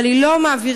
אבל היא לא מעבירה,